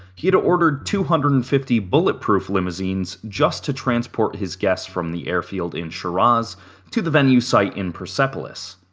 he had ordered two hundred and fifty bulletproof limousines just to transport his guests from the airfield in shiraz to the venue site in persepolis.